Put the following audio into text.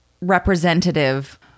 representative